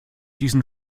diesen